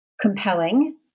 compelling